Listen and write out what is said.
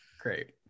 Great